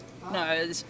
No